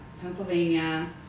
Pennsylvania